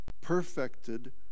perfected